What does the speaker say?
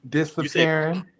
Disappearing